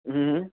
હમમ